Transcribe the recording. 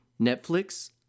Netflix